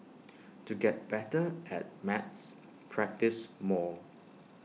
to get better at maths practise more